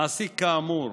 מעסיק כאמור